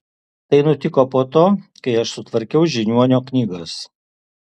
tai nutiko po to kai aš sutvarkiau žiniuonio knygas